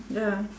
ya